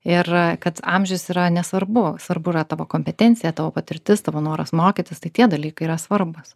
ir kad amžius yra nesvarbu svarbu yra tavo kompetencija tavo patirtis tavo noras mokytis tai tie dalykai yra svarbūs